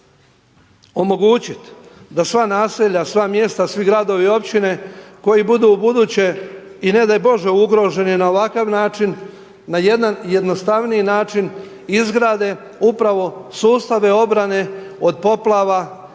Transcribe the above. omogućiti da sva naselja, sva mjesta, svi gradovi i općine koji budu ubuduće i ne daj Bože ugroženi na ovakav način na jedan jednostavniji način izgrade upravo sustave obrane od poplava